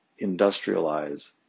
industrialize